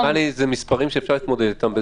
אלה נראים לי מספרים שאפשר להתמודד איתם.